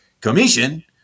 Commission